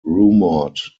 rumored